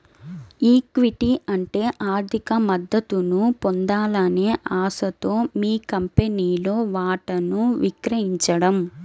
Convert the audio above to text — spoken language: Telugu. ఈక్విటీ అంటే ఆర్థిక మద్దతును పొందాలనే ఆశతో మీ కంపెనీలో వాటాను విక్రయించడం